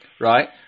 right